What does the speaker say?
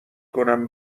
کنم